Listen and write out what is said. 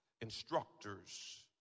instructors